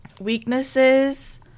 Weaknesses